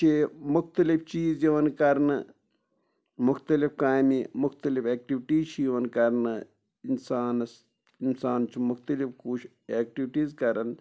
چھِ مختلف چیٖز یِوان کرنہٕ مختلف کامہِ مختلف اٮ۪کٹٕوِٹیٖز چھِ یِوان کرنہٕ اِنسانَس اِنسان چھُ مختلف کوٗشِش اٮ۪کٹٕوِٹیٖز کَران